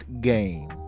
game